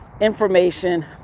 information